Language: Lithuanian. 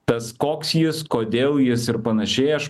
tas koks jis kodėl jis ir panašiai aš